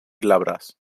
glabres